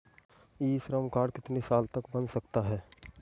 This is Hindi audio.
ई श्रम कार्ड कितने साल तक बन सकता है?